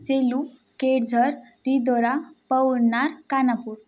Selu Kelzar Ridora Pavnar Kanapur